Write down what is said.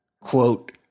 quote